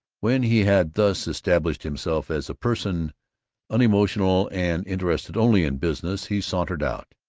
when he had thus established himself as a person unemotional and interested only in business, he sauntered out.